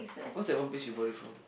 what's that one place you bought it from